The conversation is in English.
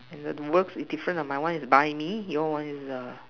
and the words is different lah my one is buy me your one is err